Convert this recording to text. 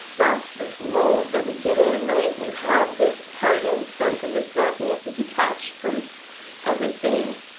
that's this mode that we get in, right? we have this heart and sense of yourself, and you have to detach from everything.